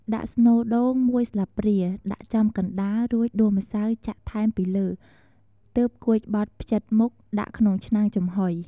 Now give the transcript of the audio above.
ដាក់ស្នូលដូង មួយស្លាបព្រា ដាក់ចំកណ្តាល រួចដួសម្សៅចាក់ថែមពីលើ ទើបគួចបត់ភ្ជិតមុខ ដាក់ក្នុងឆ្នាំងចំហុយ។